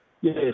Yes